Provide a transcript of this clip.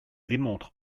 démontrent